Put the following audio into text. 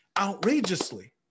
outrageously